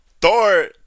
Thor